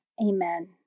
Amen